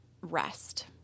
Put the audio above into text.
rest